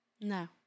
No